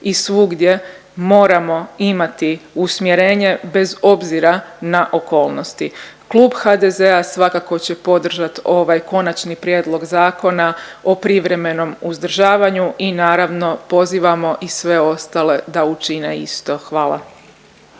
i svugdje moramo imati usmjerenje bez obzira na okolnosti. Klub HDZ-a svakako će podržat ovaj Konačni prijedlog zakona o privremenom uzdržavanju i naravno pozivamo i sve ostale da učine isto. Hvala.